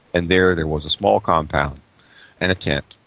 and there, there was a small compound and a tent,